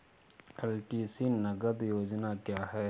LTC नगद योजना क्या है?